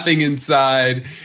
inside